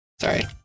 Sorry